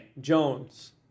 Jones